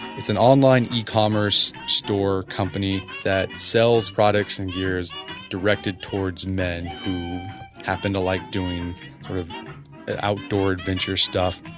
it's an online yeah e-commerce store company that sells products and gears directed towards men who happened to like doing sort of outdoor adventure stuff.